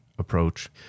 approach